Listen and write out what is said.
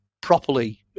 properly